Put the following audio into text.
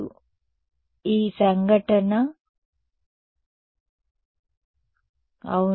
కాబట్టి ఈ సంఘటన అవును